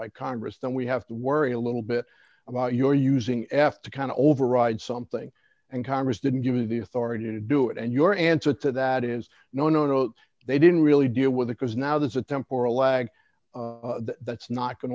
by congress then we have to worry a little bit about your using f to kind of override something and congress didn't give you the authority to do it and your answer to that is no no no they didn't really deal with it because now there's a temporal lag that's not going